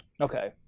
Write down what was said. Okay